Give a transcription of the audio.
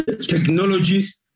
Technologies